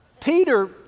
Peter